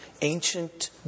ancient